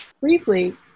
briefly